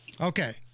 Okay